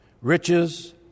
Riches